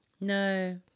No